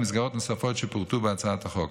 מסגרות נוספות שפורטו בהצעת החוק.